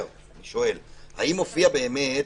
באמת,